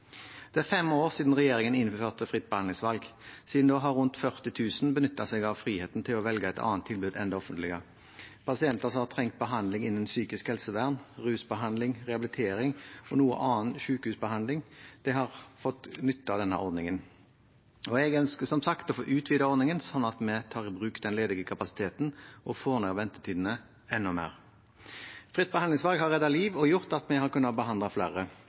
Det er fem år siden regjeringen innførte fritt behandlingsvalg. Siden da har rundt 40 000 benyttet seg av friheten til å velge et annet tilbud enn det offentlige. Pasienter som har trengt behandling innen psykisk helsevern, rusbehandling, rehabilitering og noe annen sykehusbehandling, har fått nytte av denne ordningen. Og jeg ønsker som sagt å få utvidet ordningen, slik at vi tar i bruk den ledige kapasiteten og får ned ventetidene enda mer. Fritt behandlingsvalg har reddet liv og gjort at vi har kunnet behandle flere.